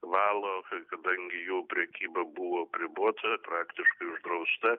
valo kadangi jų prekyba buvo apribota praktiškai uždrausta